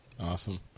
Awesome